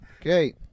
Okay